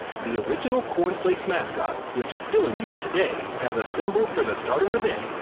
the original corn flakes mascot, which is still in use today as a symbol for the start of the day,